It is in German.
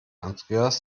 andreas